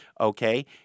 okay